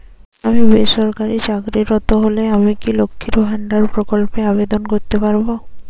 আমি বেসরকারি চাকরিরত হলে আমি কি লক্ষীর ভান্ডার প্রকল্পে আবেদন করতে পারব?